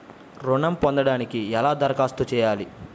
ఋణం పొందటానికి ఎలా దరఖాస్తు చేయాలి?